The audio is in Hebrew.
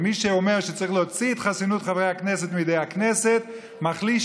ומי שאומר שצריך להוציא את חסינות חברי הכנסת מידי הכנסת מחליש